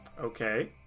Okay